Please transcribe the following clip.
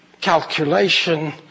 calculation